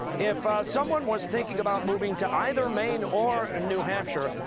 if someone was thinking about moving to either maine or new hampshire,